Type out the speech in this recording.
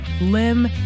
limb